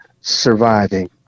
surviving